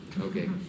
okay